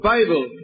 Bible